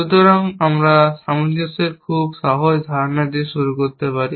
সুতরাং আমরা সামঞ্জস্যের খুব সহজ ধারণা দিয়ে শুরু করতে পারি